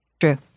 True